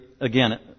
again